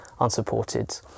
unsupported